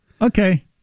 Okay